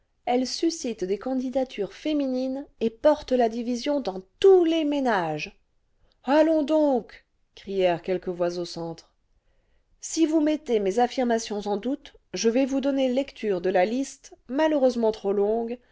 elle suscite des candidatures féminines et porte la division dans tous les ménages allons donc crièrent quelques voix au centre si vous mettez mes affirmations en doute je vais vous donner lecture de la liste malheureusement trop longue